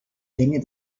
länge